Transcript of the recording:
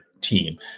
team